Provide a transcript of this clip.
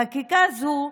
חקיקה זו,